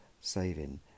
saving